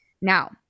Now